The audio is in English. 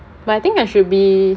but I think I should be